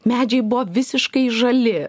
medžiai buvo visiškai žali